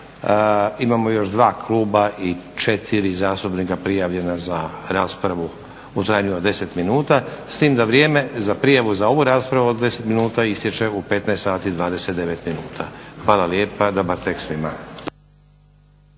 imamo još 2 kluba i 4 zastupnika prijavljena za raspravu u trajanju od 10 minuta, s tim da vrijeme za prijavu za ovu raspravu od 10 minuta istječe u 15 sati i 29 minuta. Hvala lijepa, dobar tek svima.